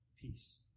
peace